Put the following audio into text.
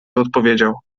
odpowiedział